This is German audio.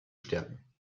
stärken